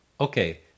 okay